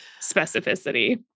specificity